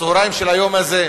בצהרי היום הזה,